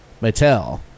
Mattel